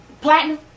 platinum